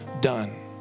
done